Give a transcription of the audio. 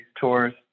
tours